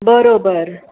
बरोबर